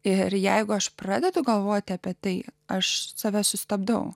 ir jeigu aš pradedu galvoti apie tai aš save sustabdau